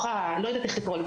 לא יודעת איך לקרוא לזה,